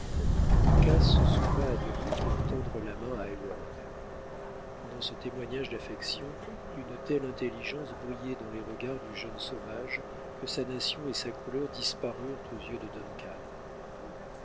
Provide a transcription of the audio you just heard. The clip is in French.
uncas se souleva à demi pour tendre la main à heyward pendant ce témoignage d'affection une telle intelligence brillait dans les regards du jeune sauvage que sa nation et sa couleur disparurent aux yeux de